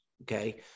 okay